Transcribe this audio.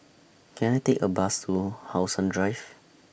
Can I Take A Bus to How Sun Drive